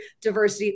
diversity